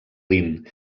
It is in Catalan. rin